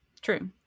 true